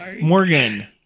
morgan